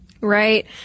Right